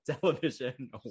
television